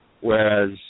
whereas